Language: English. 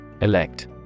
Elect